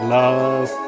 love